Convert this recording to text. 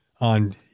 on